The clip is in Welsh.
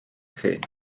chi